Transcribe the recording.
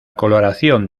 coloración